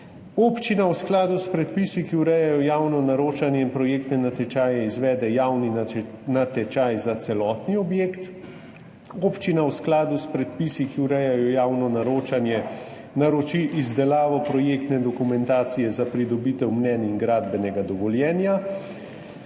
Občina v skladu s predpisi, ki urejajo javno naročanje in projektne natečaje, izvede javni natečaj za celotni objekt. Občina v skladu s predpisi, ki urejajo javno naročanje, naroči izdelavo projektne dokumentacije za pridobitev mnenj in gradbenega dovoljenja.